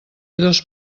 dos